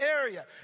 area